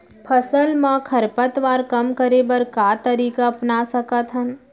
फसल मा खरपतवार कम करे बर का तरीका अपना सकत हन?